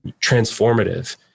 transformative